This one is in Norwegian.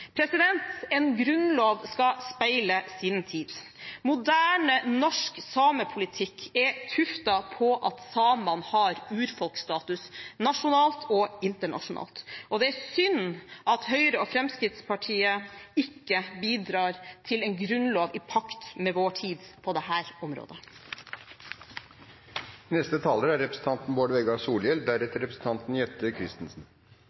En grunnlov skal speile sin tid. Moderne norsk samepolitikk er tuftet på at samene har urfolkstatus nasjonalt og internasjonalt, og det er synd at Høyre og Fremskrittspartiet ikke bidrar til en grunnlov i pakt med vår tid på dette området. Når vi vert spurde om kva som er